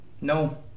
No